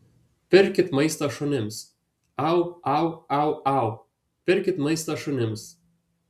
pirkit maistą šunims au au au au pirkit maistą šunims